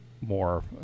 more